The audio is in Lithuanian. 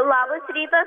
labas rytas